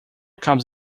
comes